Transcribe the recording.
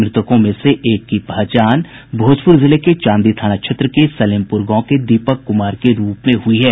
मृतकों में से एक की पहचान भोजपुर जिले के चांदी थाना क्षेत्र के सलेमपुर गांव के दीपक कुमार के रूप में हुई है